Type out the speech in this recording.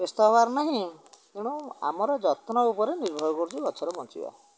ବ୍ୟସ୍ତ ହେବାର ନାହିଁ ତେଣୁ ଆମର ଯତ୍ନ ଉପରେ ନିର୍ଭର କରୁଛୁ ଗଛର ବଞ୍ଚିବା